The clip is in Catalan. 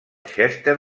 chester